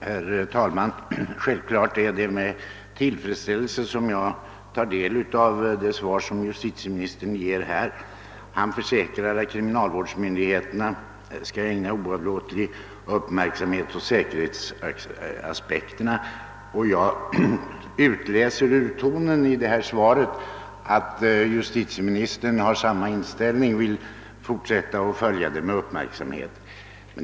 Herr talman! Det är självfallet med tillfredsställelse som jag tagit del av det svar justitieministern nu lämnat och i vilket han försäkrar att kriminalvårdsmyndigheterna ägnar oavlåtlig uppmärksamhet åt säkerhetsaspekterna. Av tonen i svaret utläser jag att justitieministern har samma inställning och vill fortsätta att följa denna fråga med uppmärksamhet.